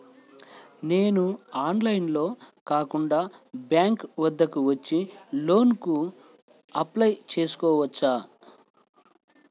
నేను ఆన్లైన్లో కాకుండా బ్యాంక్ వద్దకు వచ్చి లోన్ కు అప్లై చేసుకోవచ్చా?